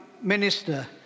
minister